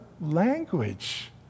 language